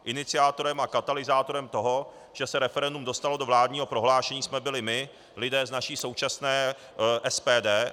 Iniciátorem a katalyzátorem toho, že se referendum dostalo do vládního prohlášení, jsme byli my, lidé z naší současné SPD.